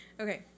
Okay